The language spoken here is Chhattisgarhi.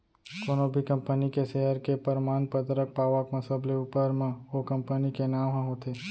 कोनो भी कंपनी के सेयर के परमान पतरक पावत म सबले ऊपर म ओ कंपनी के नांव ह होथे